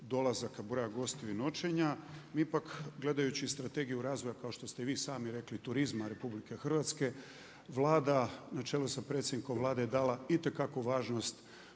dolazaka, broja gostiju i noćenja, mi ipak gledajući Strategiju razvoja kao što ste vi sami rekli turizma RH, Vlada na čelu sa predsjednikom Vlade je dala itekakvu važnost